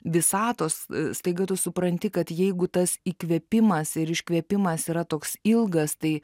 visatos staiga tu supranti kad jeigu tas įkvėpimas ir iškvėpimas yra toks ilgas tai